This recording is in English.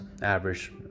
average